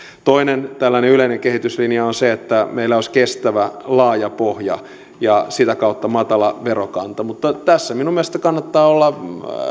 toinen tällainen yleinen kehityslinja on se että meillä olisi kestävä laaja pohja ja sitä kautta matala veronkanto mutta tässä minun mielestäni kannattaa olla